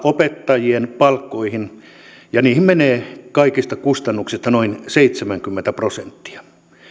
opettajien palkat ja niihin menee kaikista kustannuksista noin seitsemänkymmentä prosenttia